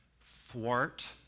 thwart